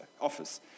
office